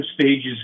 stages